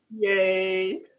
Yay